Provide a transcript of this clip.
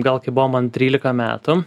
gal kai buvo man trylika metų